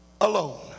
alone